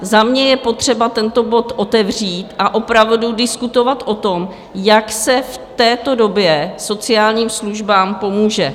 Za mě je potřeba tento bod otevřít a opravdu diskutovat o tom, jak se v této době sociálním službám pomůže.